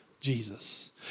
Jesus